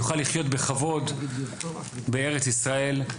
יוכל לחיות בכבוד בארץ ישראל.